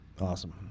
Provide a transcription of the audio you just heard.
awesome